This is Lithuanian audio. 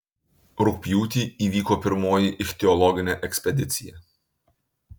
rugpjūtį įvyko pirmoji ichtiologinė ekspedicija